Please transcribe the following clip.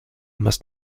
must